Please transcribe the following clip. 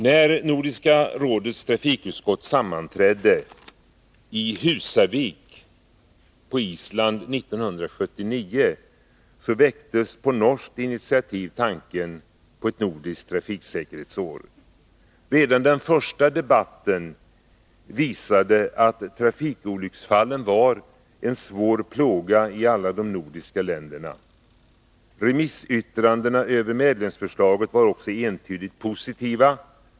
När Nordiska rådets trafikutskott sammanträdde i Husavik på Island 1979 väcktes på norskt initiativ tanken på ett nordiskt trafiksäkerhetsår. Redan den första debatten visade att trafikolycksfallen var en svår plåga i alla de nordiska länderna. Remissyttrandena över medlemsförslaget var också entydigt positiva.